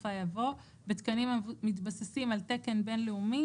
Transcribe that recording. בסופה יבוא: "; בתקנים המתבססים על תקן בין־לאומי,